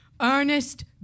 Ernest